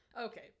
okay